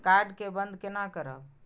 Card के बन्द केना करब?